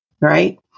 Right